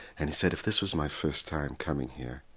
and he said if this was my first time coming here,